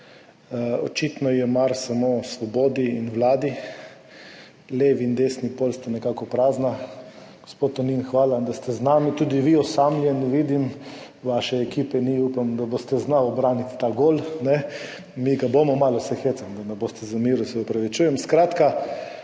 Očitno je mar samo Svobodi in Vladi, levi in desni pol sta nekako prazna. Gospod Tonin, hvala, da ste z nami, tudi vi osamljeni, vidim, vaše ekipe ni, upam, da boste znali ubraniti ta gol. Mi ga bomo. Malo se hecam, da ne boste zamerili, se opravičujem. Osebno